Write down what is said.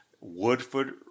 Woodford